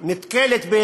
השאלה נשאלת לגבי